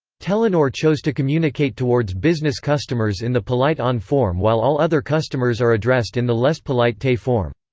telenor chose to communicate towards business customers in the polite on form while all other customers are addressed in the less polite te form.